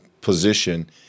position